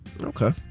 Okay